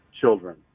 children